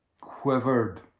quivered